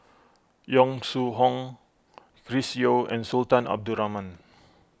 Yong Shu Hoong Chris Yeo and Sultan Abdul Rahman